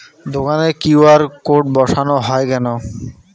দোকানে QR code বসানো হয় কেন?